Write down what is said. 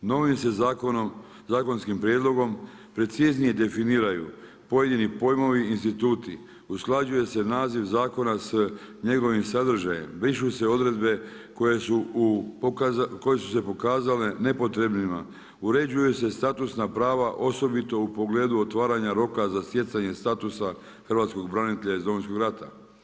Novim se zakonskim prijedlogom preciznije definiraju pojedini pojmovi i instituti, usklađuje se naziv zakona s njegovim sadržajem, brišu se odredbe koje su se pokazale nepotrebnima, uređuje se statusna prava osobito u pogledu otvaranja roka za stjecanje statusa hrvatskog branitelja iz Domovinskog rata.